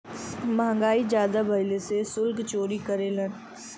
महंगाई जादा भइले से सुल्क चोरी करेलन